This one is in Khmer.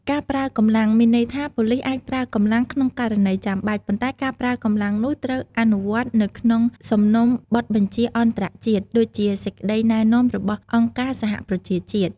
ការប្រើកម្លាំង មានន័យថា ប៉ូលីសអាចប្រើកម្លាំងក្នុងករណីចាំបាច់ ប៉ុន្តែការប្រើកម្លាំងនោះត្រូវអនុវត្តនៅក្នុងសំណុំបទបញ្ជាអន្តរជាតិ ដូចជាសេចក្តីណែនាំរបស់អង្គការសហប្រជាជាតិ។